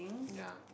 ya